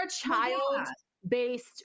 child-based